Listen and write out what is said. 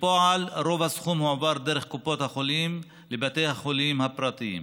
ובפועל רוב הסכום הועבר דרך קופות החולים לבתי החולים הפרטיים.